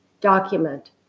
document